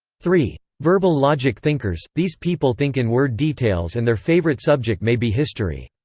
three. verbal logic thinkers these people think in word details and their favorite subject may be history.